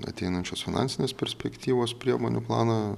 ateinančios finansinės perspektyvos priemonių planą